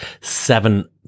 seven